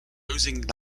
losing